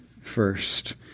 first